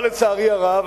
אבל, לצערי הרב,